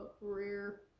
rare